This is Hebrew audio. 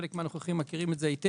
חלק מהנוכחים מכירים את זה היטב.